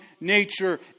nature